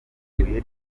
ibuye